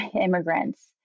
immigrants